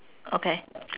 okay